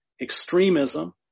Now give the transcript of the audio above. extremism